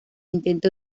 intente